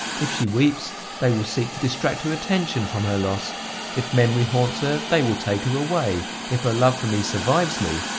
if she weeps, they will seek to distract her attention from her loss if memory haunts her, they will take her away if her love for me survives me,